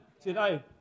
today